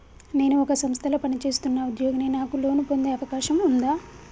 నేను ఒక సంస్థలో పనిచేస్తున్న ఉద్యోగిని నాకు లోను పొందే అవకాశం ఉందా?